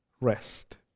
rest